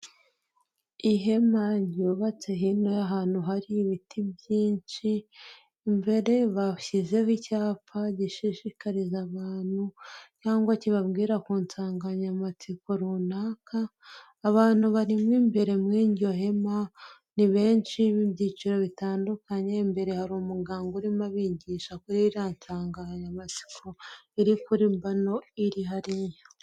Ihema ryubatse hino y'ahantu hari ibiti byinshi, imbere bashyizeho icyapa gishishikariza abantu cyangwa kibabwira ku nsanganyamatsiko runaka. Abantu barimo imbere mu ijyo hema, ni benshi mu byiciro bitandukanye, imbere hari umuganga urimo abigisha kuri iriya nsanganyamatsiko iri kuri bano iri hariya.